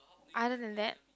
other than that